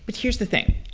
but here's the thing,